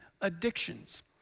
addictions